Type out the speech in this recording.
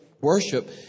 worship